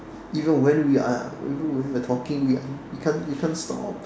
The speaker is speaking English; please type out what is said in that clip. even when we are even when we are talking we can't we can't stop